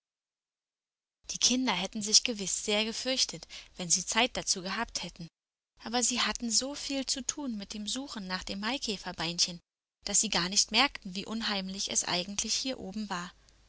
die kinder hätten sich gewiß sehr gefürchtet wenn sie zeit dazu gehabt hätten aber sie hatten so viel zu tun mit dem suchen nach dem maikäferbeinchen daß sie gar nicht merkten wie unheimlich es eigentlich hier oben war